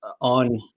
on